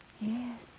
Yes